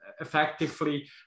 effectively